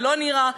ולא נראה.